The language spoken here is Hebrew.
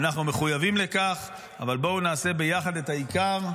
אנחנו מחויבים לכך, אבל בואו נעשה ביחד את העיקר.